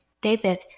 David